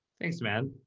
thanks man.